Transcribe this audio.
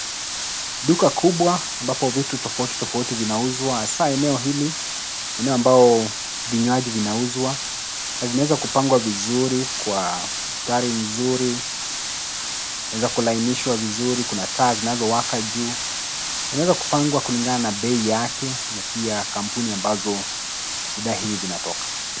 Duka kubwa ambapo vitu tofauti tofauti vinauzwa. Hasaa eneo hili , eneo ambao vinyuaji vinauzwa na vimeweza kupangwa vizuri, kwa mstari mzuri. Imeweza kulainishwa vizuri, kuna taa zinazowaka juu. Wanaezakupangwa kulingana na bei yake na pia kampuni ambazo bidhaa hivi vinatoka.